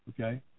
okay